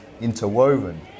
interwoven